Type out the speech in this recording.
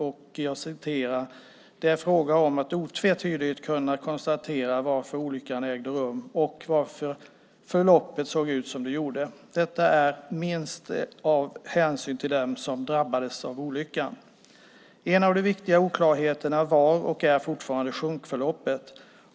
Det står till exempel: Det är en fråga om att otvetydigt kunna konstatera varför olyckan ägde rum och varför förloppet såg ut som det gjorde - detta inte minst av hänsyn till dem som drabbades av olyckan. En av de viktiga oklarheterna var och är fortfarande sjunkförloppet.